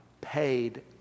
paid